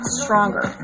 stronger